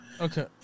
Okay